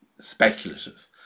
speculative